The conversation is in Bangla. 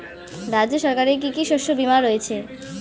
রাজ্য সরকারের কি কি শস্য বিমা রয়েছে?